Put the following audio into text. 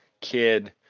kid